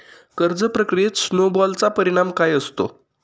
कर्ज प्रक्रियेत स्नो बॉलचा परिणाम काय असतो?